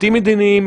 הביטים מדיניים,